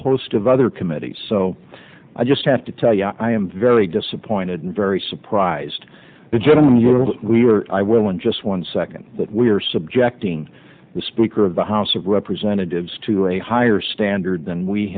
host of other committees so i just have to tell you i am very disappointed and very surprised the gentleman we were just one second that we are subjecting the speaker of the house of representatives to a higher standard than we